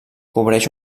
cobreix